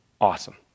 awesome